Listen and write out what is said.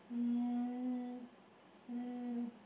um um